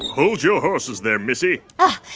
hold your horses there, missy ah,